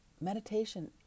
meditation